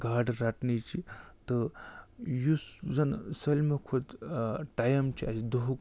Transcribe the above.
گاڈٕ رَٹنٕچ تہٕ یُس زَنہٕ سٲلمو کھۄتہٕ ٹایَم چھِ اَسہِ دُہُک